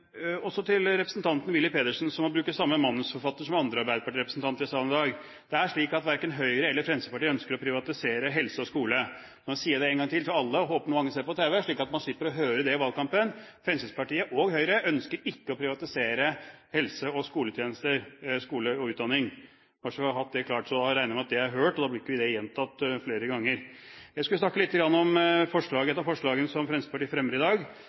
Og så til representanten Willy Pedersen, som må bruke samme manusforfatter som andre arbeiderpartirepresentanter i salen i dag: Det er slik at verken Høyre eller Fremskrittspartiet ønsker å privatisere helse og skole. Nå sier jeg det en gang til til alle, og håper at mange ser på tv, slik at vi slipper å høre det i valgkampen: Fremskrittspartiet og Høyre ønsker ikke å privatisere helse- og skoletjenester, skole og utdanning. Bare så vi har det klart. Da regner jeg med at det blir hørt, og da blir ikke det gjentatt flere ganger. Jeg skal snakke litt om et av de forslagene som Fremskrittspartiet fremmer i dag,